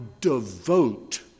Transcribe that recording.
devote